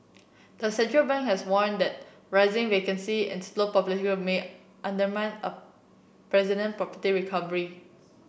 the central bank has warned that rising vacancy and slow population may undermine a resident property recovery